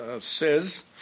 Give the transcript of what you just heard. says